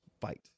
fight